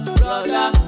brother